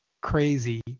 crazy